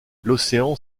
l’océan